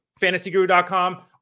fantasyguru.com